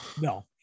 No